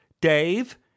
Dave